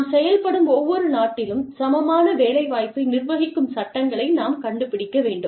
நாம் செயல்படும் ஒவ்வொரு நாட்டிலும் சமமான வேலை வாய்ப்பை நிர்வகிக்கும் சட்டங்களை நாம் கண்டுபிடிக்க வேண்டும்